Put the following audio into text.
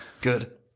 good